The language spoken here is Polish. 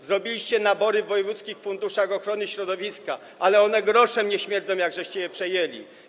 Zrobiliście nabory w wojewódzkich funduszach ochrony środowiska, ale one groszem nie śmierdzą, odkąd je przejęliście.